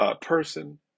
person